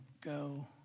go